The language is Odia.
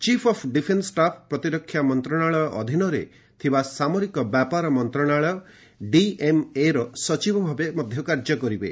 ଚିପ୍ ଅପ୍ ଡିଫେନ୍ନ ଷ୍ଟାଫ୍ ପ୍ରତିରକ୍ଷା ମନ୍ତ୍ରଣାଳୟ ଅଧୀନରେ ଥିବା ସାମରିକ ବ୍ୟାପାର ମନ୍ତ୍ରଣାଳୟ ଡିଏମ୍ଏର ସଚିବ ଭାବେ ମଧ୍ୟ କାର୍ଯ୍ୟ କରିବେ